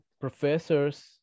professors